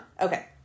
Okay